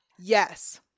Yes